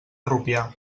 rupià